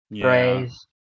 phrase